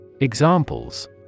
Examples